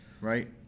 right